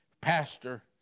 pastor